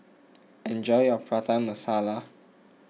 enjoy your Prata Masala